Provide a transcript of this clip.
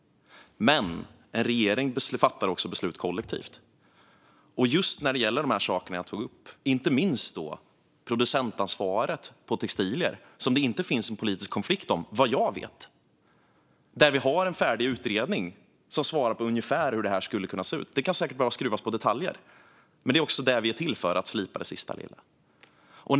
Men en regering fattar också beslut kollektivt. När det gäller producentansvaret för textilier, där det såvitt jag vet inte råder politisk konflikt, finns det en färdig utredning som beskriver hur det skulle kunna se ut. Det kan säkert behöva skruvas på detaljer och finslipas lite, men det är det vi är till för.